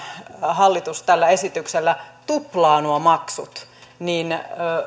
hallitus tällä esityksellä tuplaa nuo maksut